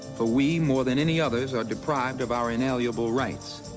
for we, more than any others, are deprived of our inalienable rights.